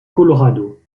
colorado